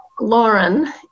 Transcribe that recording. Lauren